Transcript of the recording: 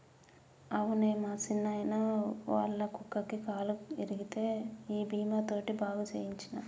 అవునే మా సిన్నాయిన, ఒళ్ళ కుక్కకి కాలు ఇరిగితే ఈ బీమా తోటి బాగు సేయించ్చినం